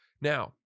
now